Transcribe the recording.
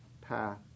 path